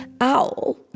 Owl